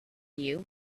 you